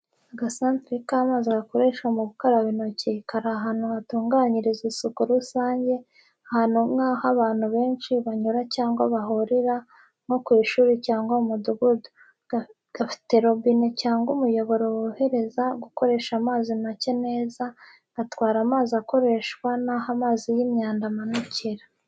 Agasantere k'amazi gakoreshwa mu gukaraba intoki, kari ahantu hatunganyirizwa isuku rusange, ahantu nk’aho abantu benshi banyura cyangwa bahurira, nko ku ishuri cyangwa mu mudugudu. Gafite robine cyangwa umuyoboro worohereza gukoresha amazi make neza, gatwara amazi akoreshwa naho amazi y’imyanda amanukira.